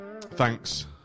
thanks